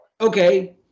okay